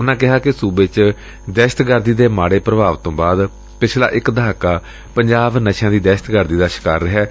ਉਨੁਾਂ ਕਿਹਾ ਕਿ ਸੁਬੇ ਚ ਦਹਿਸ਼ਤਗਰਦੀ ਦੇ ਮਾੜੇ ਪ੍ਰਭਾਵ ਤੋਂ ਬਾਅਦ ਪਿਛਲਾ ਇਕ ਦਹਾਕਾ ਪੰਜਾਬ ਨਸ਼ਿਆਂ ਦੀ ਦਹਿਸ਼ਤਗਰਦੀ ਦਾ ਸ਼ਿਕਾਰ ਰਿਹੈ